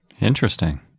Interesting